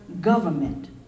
government